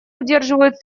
удерживают